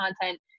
content